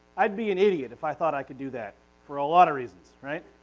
i'd be an idiot if i thought i could do that for a lot of reasons, right?